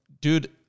Dude